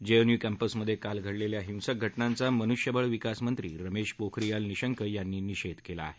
JNU कँपसमध्ये काल घडलेल्या हिंसक घड्यांचा मनुष्यबळ विकास मंत्री रमेश पोखरियाल निशंक यांनी निषेध केला आहे